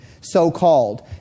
so-called